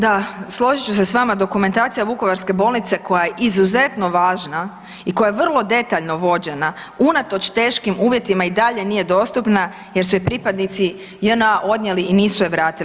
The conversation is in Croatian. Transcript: Da, složit ću se s vama dokumentacija vukovarske bolnice koja je izuzetno važna i koja je vrlo detaljno vođena unatoč teškim uvjetima i dalje nije dostupna jer su je pripadnici JNA odnijeli i nisu je vratili.